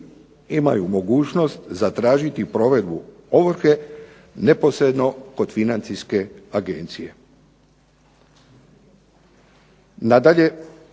imaju mogućnost zatražiti provedbu ovrhe neposredno kod financijske agencije. Nadalje,